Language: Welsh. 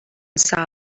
sâl